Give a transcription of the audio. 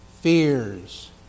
Fears